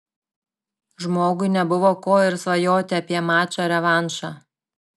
žmogui nebuvo ko ir svajoti apie mačą revanšą